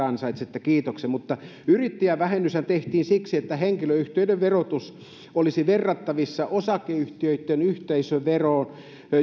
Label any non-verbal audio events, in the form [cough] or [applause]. [unintelligible] ansaitsette kiitoksen mutta yrittäjävähennyshän tehtiin siksi että henkilöyhtiöiden verotus olisi verrattavissa osakeyhtiöitten yhteisöveroon